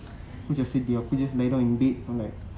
aku macam sedih aku just lay down in bed I'm like